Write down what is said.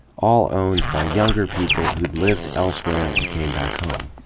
all owned by younger people who d lived elsewhere and came back home.